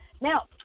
Now